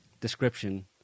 description